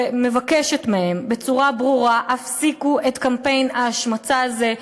והיא מבקשת מהם בצורה ברורה: הפסיקו את קמפיין ההשמצה הזה,